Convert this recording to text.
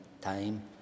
time